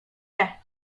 mnie